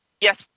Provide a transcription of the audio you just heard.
Yes